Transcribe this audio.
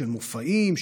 של מופעים,